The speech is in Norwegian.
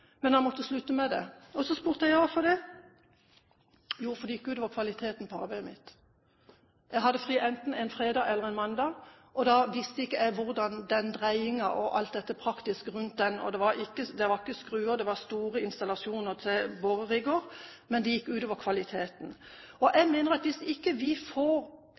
men han måtte slutte med det. Så spurte jeg: Hvorfor det? Jo, fordi det gikk ut over kvaliteten på arbeidet hans. Han hadde fri enten en fredag eller en mandag, og da visste ikke han hvordan dreiingen og alt det praktiske rundt det var – det var ikke skruer, det var store installasjoner til borerigger – og det gikk ut over kvaliteten. Jeg mener at vi må få